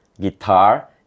guitar